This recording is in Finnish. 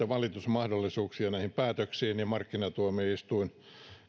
valitusmahdollisuuksia näihin päätöksiin markkinatuomioistuin